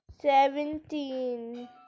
seventeen